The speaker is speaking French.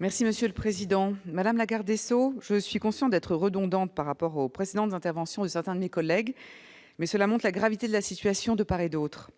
Madame la garde des sceaux, je suis consciente d'être redondante par rapport aux précédentes interventions de certains de mes collègues, mais cela montre la gravité de la situation de part et d'autre.